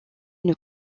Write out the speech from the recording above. une